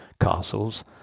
castles